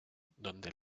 donde